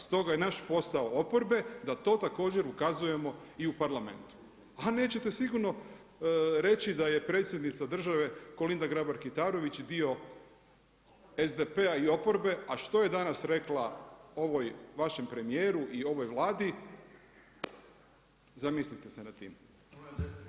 Stoga je naš posao oporbe da to također ukazujemo i u Parlamentu, a neće sigurno reći da je Predsjednica države Kolinda Grabar-Kitarović i dio SDP-a i oporbe a što je danas rekla ovom vašem premijeru i ovoj Vladi, zamislite se nad tim.